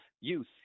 youth